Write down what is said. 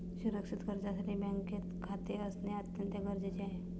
सुरक्षित कर्जासाठी बँकेत खाते असणे अत्यंत गरजेचे आहे